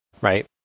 right